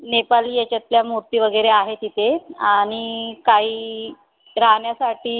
नेपाळी याच्यातल्या मूर्ती वगैरे आहेत तिथे आणि काही राहण्यासाठी